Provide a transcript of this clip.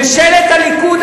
ממשלת הליכוד,